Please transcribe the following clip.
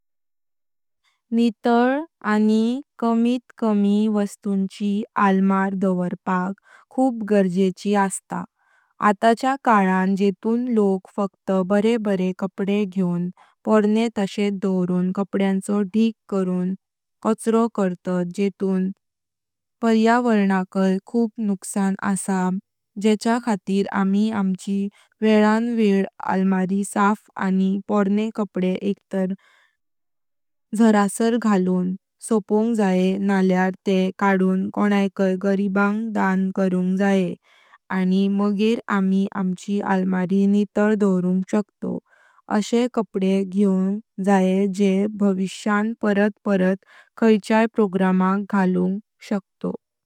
निताळ आनी कमीट कमी वस्तुंची आलमारी दोवर्पाक खूप जरूरीचि आसा। आताच्या काळांत जेतूं लोक फक्त बरे बरे कपडे घेवून पोरणे तशेत दोवरून कपड्यांच्या ढिग करून कचरूं कर्तात जेतूं पर्यावरणाकै खूप नूक्साण आसा जेंच्या खातीर आमी आमची वेळां वेळ आलमारी साफ आनी पोरणे कपडे एक तार झराशेर घाळून सॉप॑ग जाय न्हाळ्यार ते काडून कोणायकय गरीबांक दान करून जाय आनी मागीर आमी आमची आलमारी निताळ दोव्रू॑ग शकत॑व। आशे कपडे घेव॑ग जाय जे भविष्यां परत परत खायचाय प्रोग्रामाक घाळू॑ग शकत॑व।